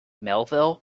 melville